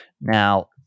Now